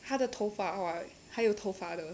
他的头发 hot 还有头发的